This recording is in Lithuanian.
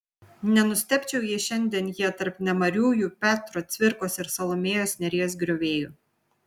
nenustebčiau jei šiandien jie tarp nemariųjų petro cvirkos ir salomėjos nėries griovėjų